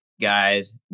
guys